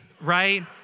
right